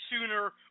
sooner